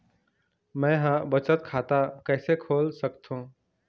मै ह बचत खाता कइसे खोल सकथों?